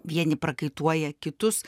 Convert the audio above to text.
vieni prakaituoja kitus